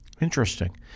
Interesting